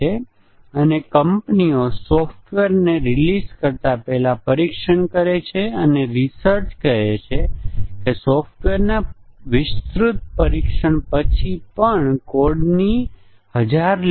તેઓ junk program લખતા નથી જે સેંકડો અને હજારો ભૂલોથી ભરેલા હોય છે અને કેટલાક સ્ટેટમેન્ટો સંપૂર્ણપણે અર્થહીન હોય છે